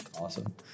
awesome